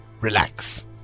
relax